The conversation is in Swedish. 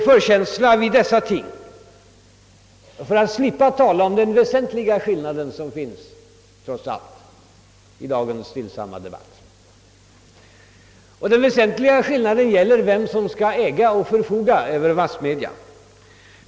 Högerns och folkpartiets representanter uppehåller sig med förkärlek vid dessa ting för att i dagens stillsamma debatt slippa tala om den väsentliga skillnaden. Den gäller vem som skall äga och förfoga över massmedia.